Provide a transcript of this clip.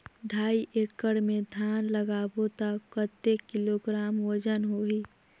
ढाई एकड़ मे धान लगाबो त कतेक किलोग्राम वजन होही?